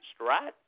right